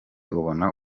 ubona